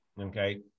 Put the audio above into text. Okay